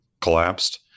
collapsed